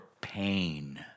pain